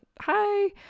hi